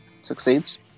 succeeds